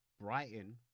Brighton